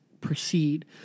proceed